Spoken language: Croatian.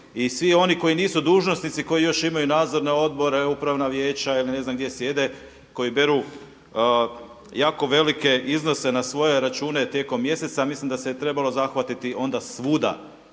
i svi oni koji nisu dužnosnici, koji još imaju nadzorne odbore, upravna vijeća ili ne znam gdje sjede, koji beru jako velike iznose na svoje račune tijekom mjeseca. Ja mislim da se je trebalo zahvatiti onda svuda.